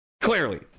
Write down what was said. Clearly